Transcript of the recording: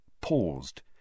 paused